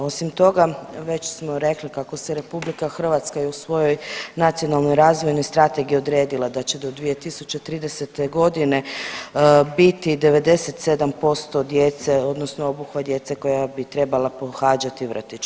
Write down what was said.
Osim toga već smo rekli kako se RH i u svojoj Nacionalnoj razvojnoj strategiji odredila da će do 2030. godine biti 97% djece odnosno obuhvat djece koja bi trebala pohađati vrtić.